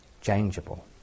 changeable